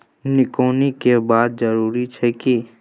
निकौनी के भी जरूरी छै की?